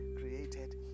created